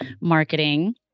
Marketing